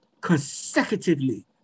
consecutively